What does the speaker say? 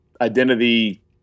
identity